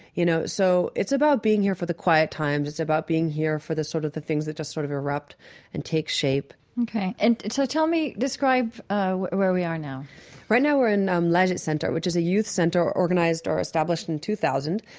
you know so it's about being here for the quiet times. it's about being here for the sort of the things that just sort of erupt and take shape and so ah tell me describe where we are now right now we're in um lajee center, which is a youth center organized or established in two thousand.